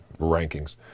rankings